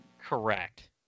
Correct